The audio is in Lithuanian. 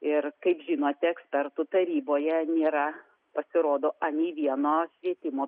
ir kaip žinote ekspertų taryboje nėra pasirodo anei vieno švietimo